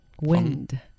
Wind